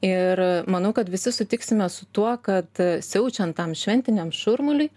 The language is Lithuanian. ir manau kad visi sutiksime su tuo kad siaučiant tam šventiniam šurmuliui